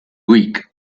weak